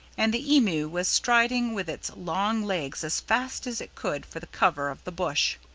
and the emu was striding with its long legs as fast as it could for the cover of the bush.